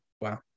wow